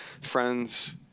friends